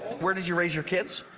where did you raise your kids?